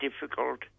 difficult